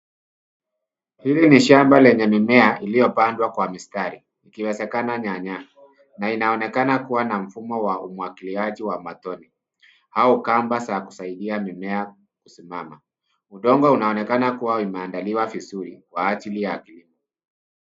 Hili ni shamba lenye mimea iliyo pandwa kwa mistari ikiwezekana nyanya na inaonekana kuwa na mfumo wa umwagiliaji wa matone au kamba za kusaidia mimea kusimama udongo unaonekana kuwa umeandaliwa vizuri kwa ajili ya kilimo